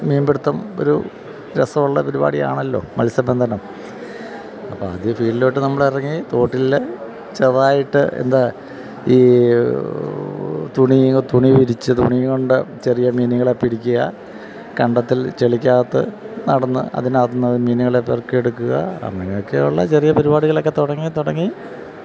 മീൻപിടുത്തം ഒരു രസമുള്ള പരിപാടിയാണല്ലോ മത്സ്യബന്ധനം അപ്പോള് ആദ്യം ഫീൽഡിലേക്ക് നമ്മളിറങ്ങി തോട്ടിലെ ചെറുതായിട്ട് എന്താണ് ഈ തുണി വിരിച്ച് തുണി കൊണ്ട് ചെറിയ മീനുകളെ പിടിക്കുക കണ്ടത്തിൽ ചെളിക്കകത്ത് നടന്ന് അതിനകത്തു നിന്ന് മീനുകളെ പെറുക്കിയെടുക്കുക അങ്ങനെയൊക്കെയുള്ള ചെറിയ പരിപാടികളൊക്കെ തുടങ്ങിത്തുടങ്ങി